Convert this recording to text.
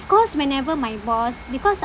course whenever my boss because